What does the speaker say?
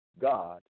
God